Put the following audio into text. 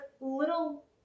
little